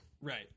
right